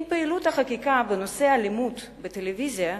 עם פעילות החקיקה בנושא האלימות בטלוויזיה,